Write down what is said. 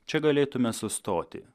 čia galėtume sustoti